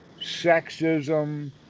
sexism